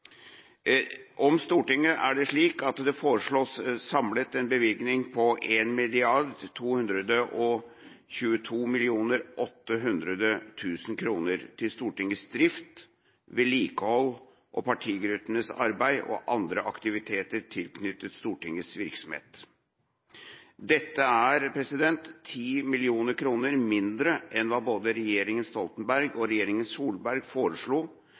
Stortinget er det slik at det samlet foreslås en bevilgning på 1 222 800 000 kr til Stortingets drift, vedlikehold, partigruppenes arbeid og andre aktiviteter tilknyttet Stortingets virksomhet. Dette er 10 mill. kr mindre enn hva både regjeringa Stoltenberg og regjeringa Solberg foreslo,